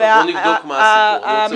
בואו נבדוק מה הסיפור.